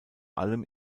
allem